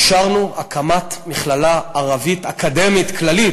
אישרנו הקמת מכללה ערבית אקדמית כללית,